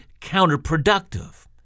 counterproductive